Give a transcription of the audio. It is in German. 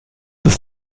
ist